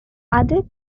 other